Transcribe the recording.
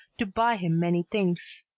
to buy him many things.